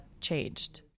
changed